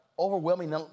Overwhelming